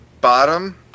bottom